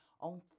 on